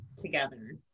together